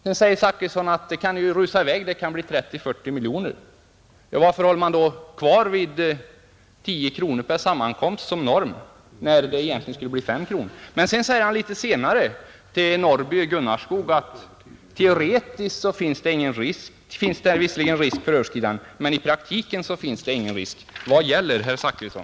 Herr Zachrisson påstår att beloppet kan rusa i väg och bli 30—40 miljoner kronor. Ja, varför håller man då fast vid tio kronor per sammankomst såsom norm, när det egentligen skulle bli fem kronor eller mindre? Litet senare säger herr Zachrisson till herr Norrby i Gunnarskog att det teoretiskt visserligen finns risk för överskridanden men inte i praktiken. Vad gäller, herr Zachrisson?